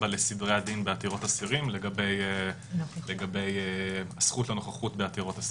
לסדרי הדין בעתירות אסירים לגבי זכות הנוכחות בעתירות אסירים.